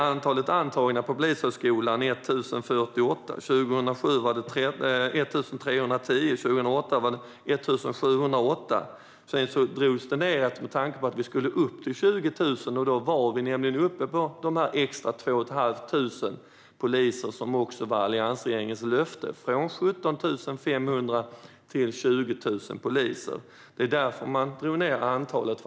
Antalet antagna till Polishögskolan var 1 048 år 2006, år 2007 var det 1 310, och år 2008 var det 1 708. Sedan minskade det, med tanke på att vi skulle upp till 20 000. Då var vi nämligen uppe i de extra 2 500 poliser som också var alliansregeringens löfte. Antalet ökade från 17 500 till 20 000 poliser. Det var därför vi drog ned antalet.